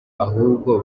ahubwo